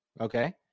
Okay